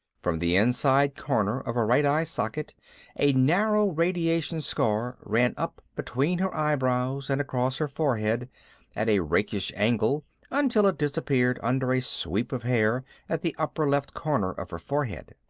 from the inside corner of her right eye socket a narrow radiation scar ran up between her eyebrows and across her forehead at a rakish angle until it disappeared under a sweep of hair at the upper left corner of her forehead.